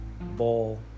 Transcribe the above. ball